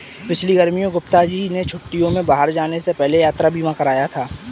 पिछली गर्मियों में गुप्ता जी ने छुट्टियों में बाहर जाने से पहले यात्रा बीमा कराया था